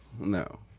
No